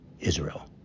Israel